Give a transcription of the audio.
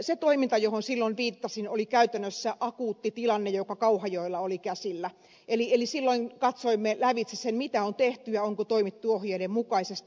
se toiminta johon silloin viittasin oli käytännössä akuutti tilanne joka kauhajoella oli käsillä eli silloin katsoimme lävitse sen mitä on tehty ja onko toimittu ohjeiden mukaisesti